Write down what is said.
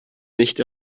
nicht